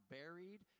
buried